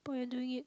but you're doing it